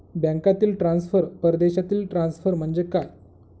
बँकांतील ट्रान्सफर, परदेशातील ट्रान्सफर म्हणजे काय?